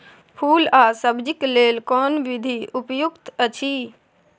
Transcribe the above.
फूल आ सब्जीक लेल कोन विधी उपयुक्त अछि?